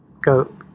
go